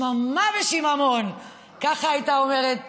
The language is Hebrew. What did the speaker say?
שממה ושיממון, ככה הייתה אומרת